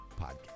podcast